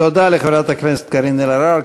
תודה לחברת הכנסת קארין אלהרר.